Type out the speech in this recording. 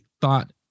thought